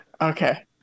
Okay